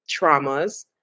traumas